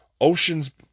oceans